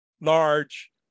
large